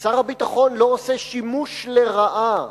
שר הביטחון לא עושה שימוש לרעה